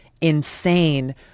insane